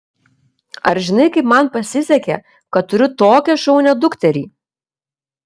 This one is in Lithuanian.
ar žinai kaip man pasisekė kad turiu tokią šaunią dukterį